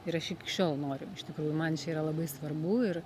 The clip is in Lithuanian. ir aš iki šiol noriu iš tikrųjų man čia yra labai svarbu ir